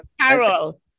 Carol